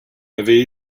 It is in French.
avait